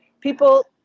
people